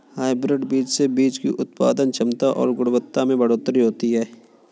hybrid बीज से बीज की उत्पादन क्षमता और गुणवत्ता में बढ़ोतरी होती है